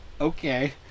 Okay